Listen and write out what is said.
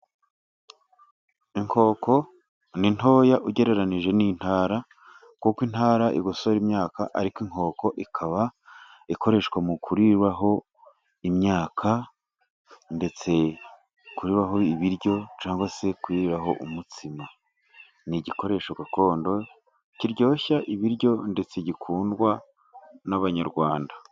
Inkoko ni ntoya ugereranije n'intara ,kuko intara igosora imyaka ariko inkoko ikaba ikoreshwa mu kuriraho imyaka, ndetse kuriraho ibiryo ,cyangwa se kuyiriraho umutsima ,ni igikoresho gakondo kiryoshya ibiryo ,ndetse gikundwa n'Abanyarwanda.